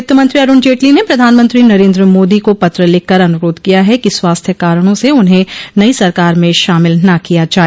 वित्तमंत्रो अरूण जेटली ने प्रधानमंत्री नरेन्द्र मोदी को पत्र लिखकर अनुरोध किया है कि स्वास्थ्य कारणों से उन्हें नई सरकार में शामिल न किया जाए